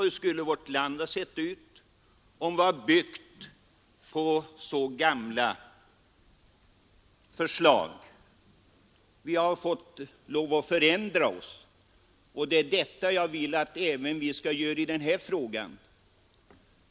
Hur skulle vårt land ha sett ut, om vi hade byggt på så gamla förslag? Vi har fått lov att förändra oss, och det vill jag att vi skall göra även i denna fråga.